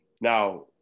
Now